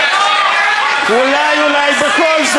אולי,